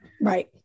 right